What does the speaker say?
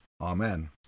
Amen